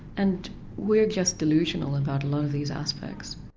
and we're just delusional about a lot of these aspects.